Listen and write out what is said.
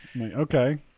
Okay